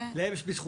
להם יש בזכות.